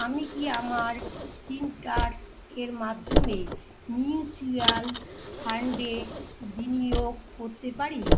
আমি কি আমার সিনটার্স এর মাধ্যমে মিউচুয়াল ফান্ডে বিনিয়োগ করতে পারি